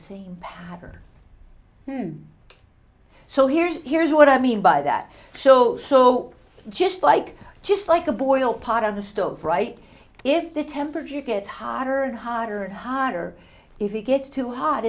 same path or so here's here's what i mean by that so so just like just like a boil part of the stove right if the temperature gets hotter and hotter and hotter if it gets too hot